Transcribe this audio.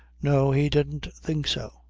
no. he didn't think so.